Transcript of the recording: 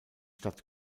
stadt